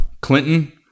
Clinton